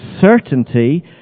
certainty